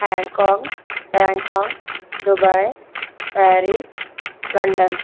Hong Kong Bangkok Dubai Paris London